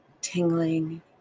tingling